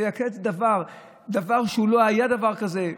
לא היה דבר כזה.